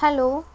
hello